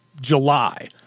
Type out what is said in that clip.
July